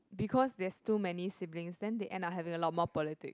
because there's too many siblings then end they having a lot more politics